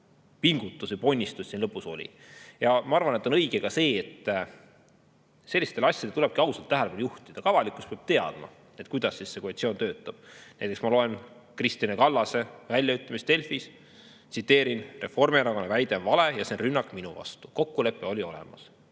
pingutus või ponnistus siin lõpus oli. Ja ma arvan, et see on ka õige, sellistele asjadele tulebki ausalt tähelepanu juhtida. Ka avalikkus peab teadma, kuidas koalitsioon töötab. Näiteks ma loen Kristina Kallase väljaütlemist Delfis, tsiteerin: "Reformierakonna väide on vale ja see on rünnak minu vastu. Kokkulepe oli olemas."